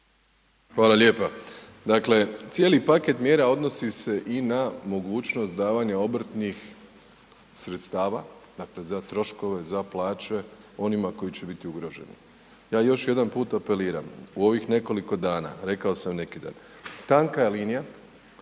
Hvala lijepa. Dakle, cijeli paket mjera odnosi se i na mogućnost davanja obrtnih sredstava za troškove, za plaće onima koji će biti ugroženi. Ja još jedan put apeliram u ovih nekoliko dana, rekao sam neki dan, tanka je linija